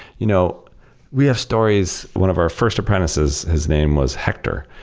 you know we have stories, one of our first apprentices, his name was hector,